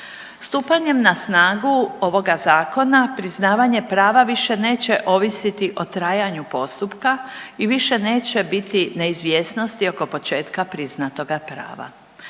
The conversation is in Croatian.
Stupanjem na snagu ovoga zakona priznavanje prava više neće ovisiti o trajanju postupka i više neće biti neizvjesnosti oko početka priznatoga prava.